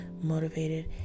motivated